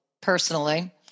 personally